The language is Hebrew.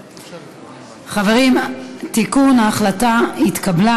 חברים, תיקון: ההחלטה התקבלה.